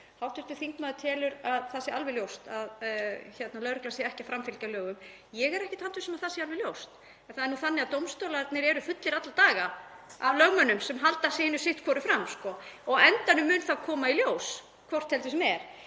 Hv. þingmaður telur að það sé alveg ljóst að lögreglan sé ekki að framfylgja lögum. Ég er ekkert handviss um að það sé alveg ljóst. En það er nú þannig að dómstólarnir eru fullir alla daga af lögmönnum sem halda sitthvoru fram og á endanum mun koma í ljós hvort heldur sem er.